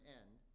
end